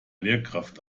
lehrkraft